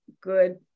good